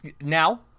now